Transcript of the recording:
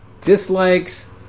dislikes